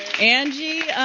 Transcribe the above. angie,